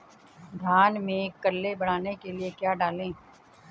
धान में कल्ले बढ़ाने के लिए क्या डालें?